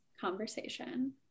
conversation